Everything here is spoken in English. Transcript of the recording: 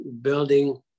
building